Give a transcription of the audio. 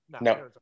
No